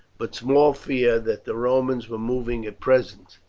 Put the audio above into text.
but small fear that the romans were moving at present.